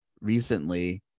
recently